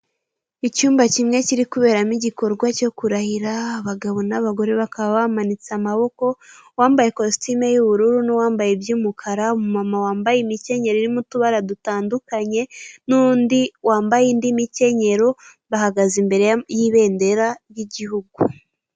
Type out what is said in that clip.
Icyumba kimwe kiri kuberamo igikorwa cyo kurahira, abagabo n'abagore bakaba bamanitse amaboko, uwambaye kositime y'ubururu n'uwambaye iby'umukara, umu mama wambaye imikenyero irimo utubara dutandukanye, n'undi wambaye indi mikenyero bahagaze imbere y'ibendera ry'igihugu.